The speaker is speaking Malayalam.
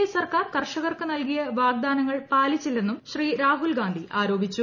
എ സർക്കാർ കർഷകർക്ക് നൽകിയ വാഗ്ദാനങ്ങൾ പാലിച്ചില്ലെന്നും ശ്രീ രാഹുൽ ഗാന്ധി ആരോപിച്ചു